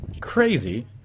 crazy